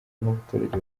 nk’abaturage